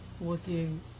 looking